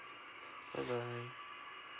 bye bye